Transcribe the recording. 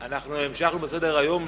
אנחנו המשכנו בסדר-היום,